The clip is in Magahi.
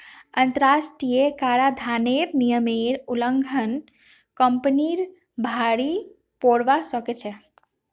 अंतरराष्ट्रीय कराधानेर नियमेर उल्लंघन कंपनीक भररी पोरवा सकछेक